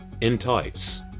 Entice